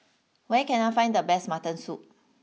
where can I find the best Mutton Soup